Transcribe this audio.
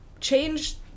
change